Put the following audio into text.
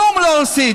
אתה טועה.